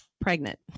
pregnant